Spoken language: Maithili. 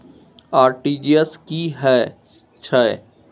आर.टी.जी एस की है छै?